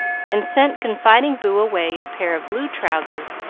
and sent confiding boo away in a pair of blue trousers,